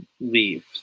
leave